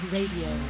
Radio